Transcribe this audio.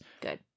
Good